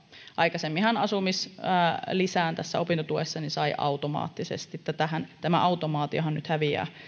aikaisemminhan asumislisää opintotuessa sai automaattisesti tämä automaatiohan nyt häviää